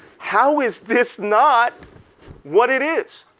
how is this not what it is?